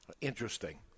Interesting